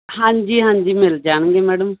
ਹਾਂਜੀ ਹਾਂਜੀ ਮਿਲ ਜਾਣਗੇ ਮੈਡਮ